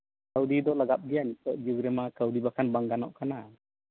ᱠᱟᱹᱣᱰᱤ ᱢᱟ ᱞᱟᱜᱟᱜ ᱜᱮᱭᱟ ᱱᱤᱛᱳᱜ ᱡᱩᱜᱽ ᱨᱮᱢᱟ ᱠᱟᱹᱣᱰᱤ ᱵᱟᱝᱠᱷᱟᱱ ᱵᱟᱝ ᱜᱟᱱᱚᱜ ᱠᱟᱱᱟ ᱦᱮᱸ